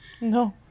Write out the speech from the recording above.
No